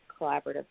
collaborative